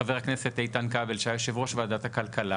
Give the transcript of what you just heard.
חבר הכנסת איתן כבל שהיה יושב ראש ועדת הכלכלה